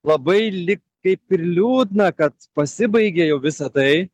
labai lyg kaip ir liūdna kad pasibaigė jau visa tai